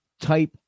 type